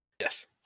Yes